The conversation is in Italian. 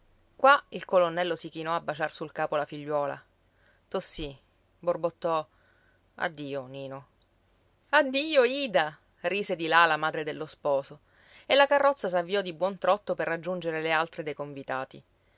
qua il colonnello si chinò a baciar sul capo la figliuola tossì borbottò addio nino addio ida rise di là la madre dello sposo e la carrozza s'avviò di buon trotto per raggiungere le altre dei convitati